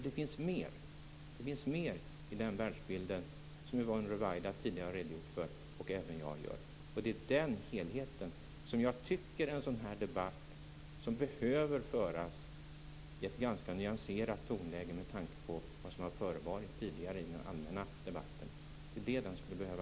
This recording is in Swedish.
Det finns mer i den världsbilden, som Yvonne Ruwaida och även jag tidigare har redogjort för. Det är den helheten som skall debatteras i ett nyanserat tonläge - med tanke på vad som har förevarit i den tidigare allmänna debatten.